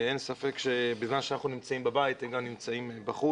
אין ספק שבזמן שאנחנו נמצאים בבית הם נמצאים בחוץ,